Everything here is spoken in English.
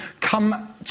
come